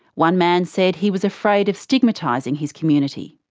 one man said he was afraid of stigmatising his community.